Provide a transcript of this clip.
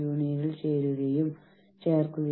union കുടിശ്ശിക പിരിച്ചെടുക്കുന്നു